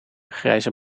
grijze